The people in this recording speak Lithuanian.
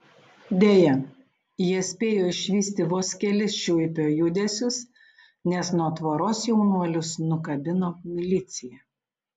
deja jie spėjo išvysti vos kelis šiuipio judesius nes nuo tvoros jaunuolius nukabino milicija